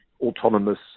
autonomous